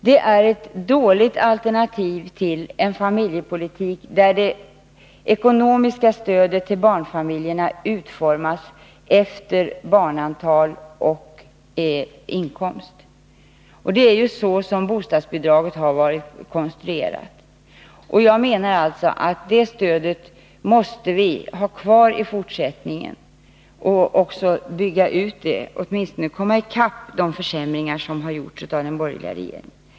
Det är ett dåligt alternativ till en familjepolitik, där det ekonomiska stödet för barnfamiljerna utformas efter barnantal och inkomst. Det är ju så som bostadsbidraget har varit konstruerat. Jag menar alltså att det stödet måste vi ha kvar och bygga ut i fortsättningen, åtminstone komma i kapp de försämringar som har gjorts av den borgerliga regeringen.